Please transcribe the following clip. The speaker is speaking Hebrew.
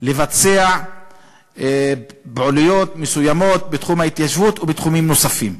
לבצע פעילויות מסוימות בתחום ההתיישבות ובתחומים נוספים.